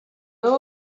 meu